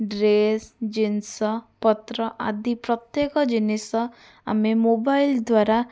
dress ଜିନିଷପତ୍ର ଆଦି ପ୍ରତ୍ୟେକ ଜିନିଷ ଆମେ ମୋବାଇଲ ଦ୍ୱାରା